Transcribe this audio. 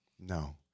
no